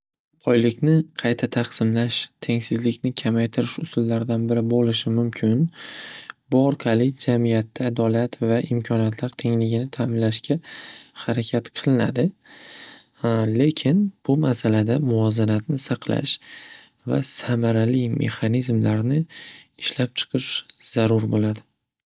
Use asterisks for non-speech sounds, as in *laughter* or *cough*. Boylikni qayta taqsimlash tengsizlikni kamaytirish usullaridan biri bo'lishi mumkin. Bu orqali jamiyatda adolat va imkoniyatlar tengligini ta'minlashga harakat qilinadi. *hesitation* Lekin bu masalada muvozanatni saqlash va samarali mexanizmlarni ishlab chiqish zarur bo'ladi.